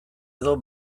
edo